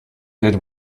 did